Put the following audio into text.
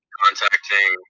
contacting